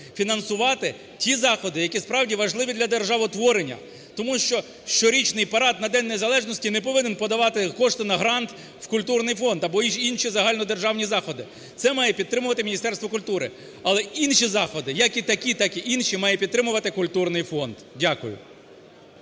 фінансувати ті заходи, які справді важливі для державотворення. Тому що щорічний парад на День Незалежності не повинен подавати кошти на грант в культурний фонд або інші загально державні заходи, це має підтримувати Міністерство культури. Але інші заходи, як і такі, так і інші, має підтримувати культурний фонд. Дякую.